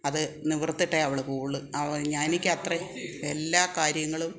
അത് നിവർത്തിയിട്ടേ അവൾ പോവുള്ളൂ അവൾ എനിക്ക് അത്ര എല്ലാ കാര്യങ്ങളും